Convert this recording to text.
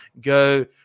go